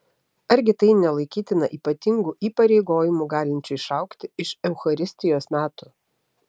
argi tai nelaikytina ypatingu įpareigojimu galinčiu išaugti iš eucharistijos metų